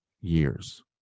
years